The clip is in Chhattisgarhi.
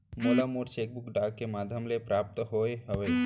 मोला मोर चेक बुक डाक के मध्याम ले प्राप्त होय हवे